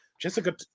Jessica